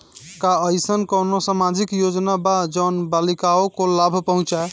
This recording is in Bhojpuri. का अइसन कोनो सामाजिक योजना बा जोन बालिकाओं को लाभ पहुँचाए?